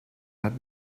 hat